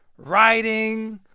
writing,